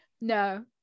no